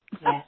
Yes